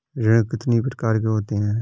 ऋण कितनी प्रकार के होते हैं?